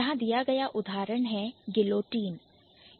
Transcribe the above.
यहां दिया गया उदाहरण Guillotine गिलोटिन है